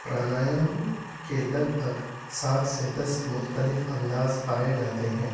پرانایم کے لگ بھگ سات سے دس مختلف انداز پائے جاتے ہیں